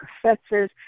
professors